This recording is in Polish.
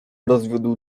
rozwiódł